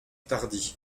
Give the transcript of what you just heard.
tardy